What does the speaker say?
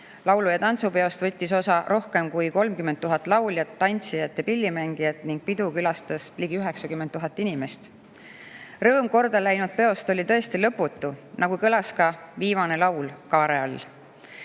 Laulu‑ ja tantsupeost võttis osa rohkem kui 30 000 lauljat, tantsijat ja pillimängijat ning pidu külastas ligi 90 000 inimest. Rõõm kordaläinud peost oli tõesti lõputu, nagu kõlas ka viimane laul kaare all.